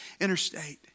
interstate